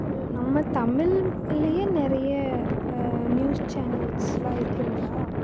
உள் நம்ம தமிழ் மக்கள்லையே நிறைய நியூஸ் சேனல்ஸெலாம் இருக்குல்லையா